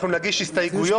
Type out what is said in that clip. אנחנו נגיש הסתייגויות,